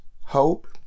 hope